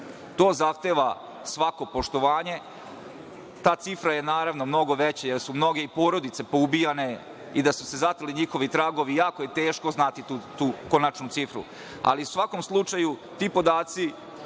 To zahteva svako poštovanje. Ta cifra je naravno mnogo veća, jer su mnoge porodice poubijane i da su se zatrli njihovi tragovi, jako je teško znati tu konačnu cifru, ali u svakom slučaju ti podaci